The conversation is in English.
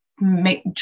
make